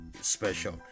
special